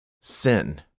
sin